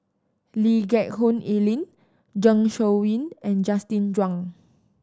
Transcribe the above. Lee Geck Hoon Ellen Zeng Shouyin and Justin Zhuang